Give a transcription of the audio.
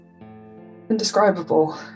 indescribable